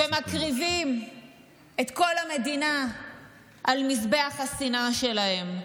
ומקריבים את כל המדינה על מזבח השנאה שלהם.